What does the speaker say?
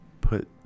put